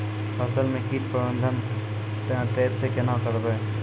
फसल म कीट प्रबंधन ट्रेप से केना करबै?